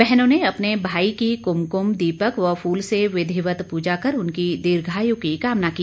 बहनों ने अपने भाई की कुमकुम दीपक व फूल से विधिवत पूजा कर उनकी दीर्घायु की कामना की